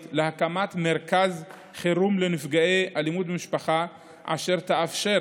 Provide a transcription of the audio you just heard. להקמת מרכז חירום לנפגעי אלימות במשפחה אשר תאפשר